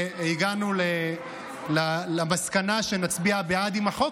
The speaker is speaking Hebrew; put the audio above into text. והגענו למסקנה שנצביע בעד החוק,